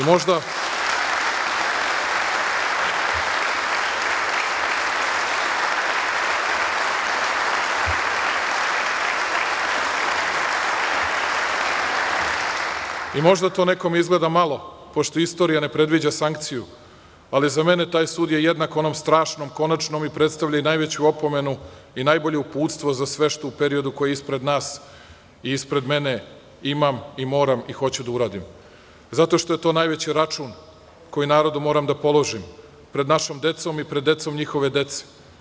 Možda to nekome izgleda malo, pošto istorija ne predviđa sankciju, ali za mene taj sud je jednak onom strašnom, konačnom i predstavlja najveću opomenu i najbolje uputstvo za sve što u periodu koji je ispred nas i ispred mene imam i moram i hoću da uradim, zato što je to najveći račun koji narodu moram da položim pred našom decom i pred decom njihove dece.